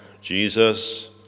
Jesus